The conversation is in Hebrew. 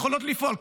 יכולות לפעול.